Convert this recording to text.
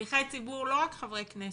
שליחי ציבור לא רק חברי כנסת,